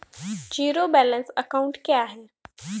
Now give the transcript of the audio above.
Zero balance account क्या है?